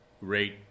great